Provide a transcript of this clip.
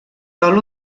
sol